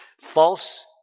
false